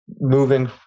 moving